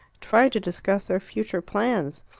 tried to discuss their future plans.